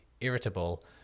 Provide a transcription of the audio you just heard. irritable